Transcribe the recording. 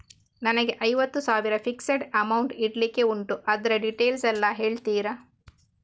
ನನಗೆ ಐವತ್ತು ಸಾವಿರ ಫಿಕ್ಸೆಡ್ ಅಮೌಂಟ್ ಇಡ್ಲಿಕ್ಕೆ ಉಂಟು ಅದ್ರ ಡೀಟೇಲ್ಸ್ ಎಲ್ಲಾ ಹೇಳ್ತೀರಾ?